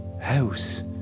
house